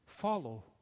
Follow